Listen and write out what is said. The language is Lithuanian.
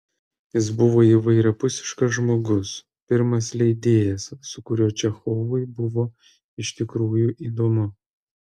jis buvo įvairiapusiškas žmogus pirmas leidėjas su kuriuo čechovui buvo iš tikrųjų įdomu